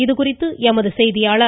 இதுகுறித்து எமது செய்தியாளர்